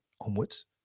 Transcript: onwards